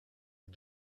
les